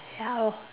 ya lor